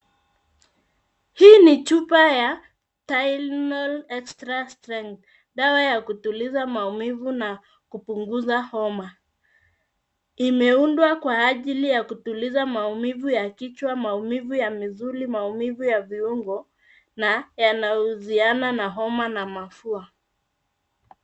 Hii ni chupa ya Tylenol extra strength , dawa ya kutuliza maumivu na kupunguza homa. Imeundwa kwa ajili ya kutuliza maumivu ya kichwa, maumivu ya misuli, maumivu ya viungo na yanahusiana na homa na mafua.